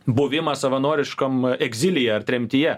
buvimą savanoriškam egzilyje ar tremtyje